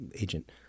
agent